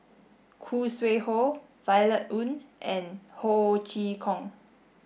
Khoo Sui Hoe Violet Oon and Ho Chee Kong